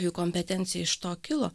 jų kompetencija iš to kilo